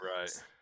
Right